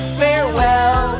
farewell